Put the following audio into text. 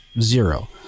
Zero